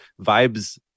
vibes